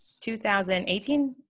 2018